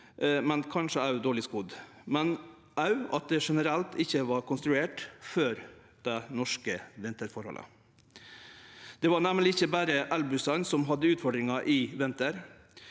og kanskje også dårleg skodde, men òg om at dei generelt ikkje var konstruerte for dei norske vinterforholda. Det var nemleg ikkje berre elbussane som hadde utfordringar i vinter.